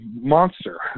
monster